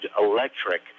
electric